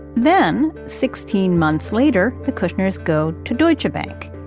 then sixteen months later, the kushners go to deutsche bank.